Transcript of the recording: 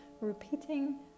repeating